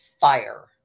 fire